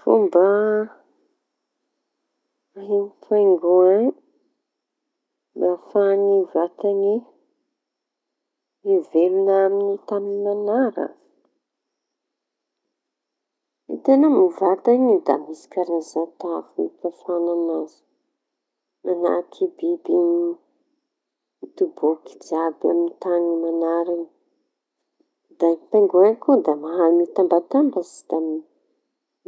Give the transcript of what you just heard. Fomba ahia pingoan mba ahafahañy vatañy miveloña amy tañy mañara. Hitañao amy vatañy iñy da misy karaza tavy mampafaña an'azy. Mañahaky biby biby jiaby moñina amin'ny tany mañara da pingoain koa da mahay mitambatambatsy